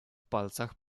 palcach